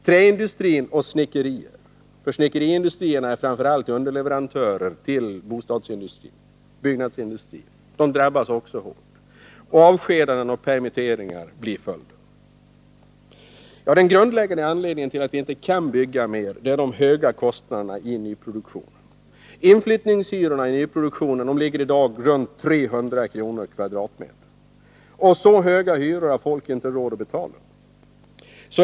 Träindustrin och snickeriindustrin — den senare är framför allt underleverantör till byggnadsindustrin — drabbas också hårt. Avskedanden och permitteringar blir följden. Den grundläggande anledningen till att vi inte kan bygga mer är de höga kostnaderna i nyproduktionen. Inflyttningshyrorna i nyproduktionen ligger i dag på omkring 300 kr. per kvadratmeter. Så höga hyror har folk inte råd att betala.